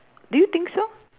do you think so